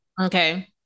Okay